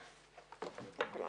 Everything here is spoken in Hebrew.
לכולם.